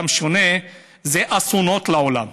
דם שונה זה אסונות לעולם.